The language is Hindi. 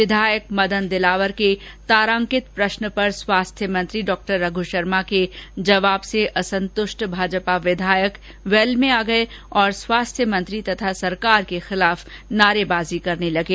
विधायक मदन दिलावर के तारांकित प्रश्न पर स्वास्थ्य मंत्री डॉ रघ् शर्मा के जबाव से असंतृष्ट भाजपा विंधायक वैल में आ गये और स्वास्थ्य मंत्री तथा सरकार के खिलाफ नारेबाजी करने लगे